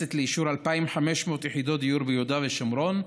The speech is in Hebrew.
העליונה מתכנסת לאישור 2,500 יחידות דיור ביהודה ושומרון,